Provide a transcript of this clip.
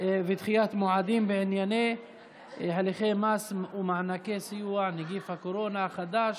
ודחיית מועדים בענייני הליכי מס ומענקי סיוע (נגיף הקורונה החדש)